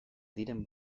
diren